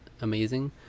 amazing